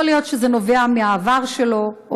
יכול להיות שזה נובע מהעבר שלו,